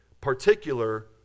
particular